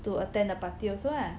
to attend the party also lah